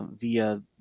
via